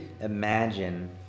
imagine